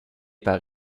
par